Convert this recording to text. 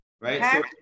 right